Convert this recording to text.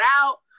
out